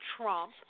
Trump